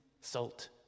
salt